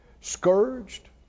scourged